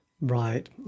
Right